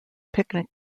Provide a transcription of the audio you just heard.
picnic